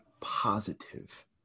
positive